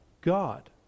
God